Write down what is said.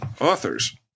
Authors